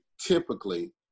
typically